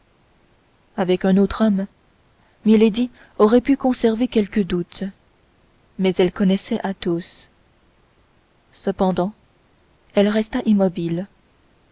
avec un autre homme milady aurait pu conserver quelque doute mais elle connaissait athos cependant elle resta immobile